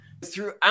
Throughout